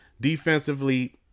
Defensively